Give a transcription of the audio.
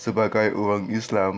sebagai orang islam